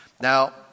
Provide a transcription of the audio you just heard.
Now